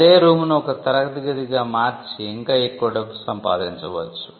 అదే రూమ్ ను ఒక తరగతి గదిగా మార్చి ఇంకా ఎక్కువ డబ్బు సంపాదించవచ్చు